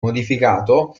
modificato